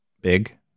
Big